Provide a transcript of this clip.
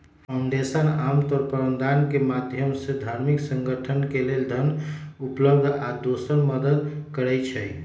foundation आमतौर पर अनुदान के माधयम से धार्मिक संगठन के लेल धन उपलब्ध आ दोसर मदद करई छई